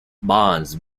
barns